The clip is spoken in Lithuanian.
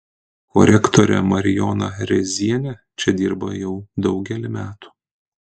korektorė marijona rėzienė čia dirba jau daugelį metų